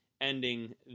ending